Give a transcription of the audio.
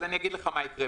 אני אגיד לך מה יקרה.